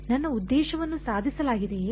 ನನ್ನ ಉದ್ದೇಶವನ್ನು ಸಾಧಿಸಲಾಗಿದೆಯೇ